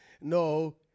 No